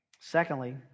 Secondly